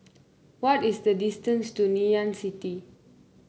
what is the distance to Ngee Ann City